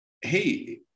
hey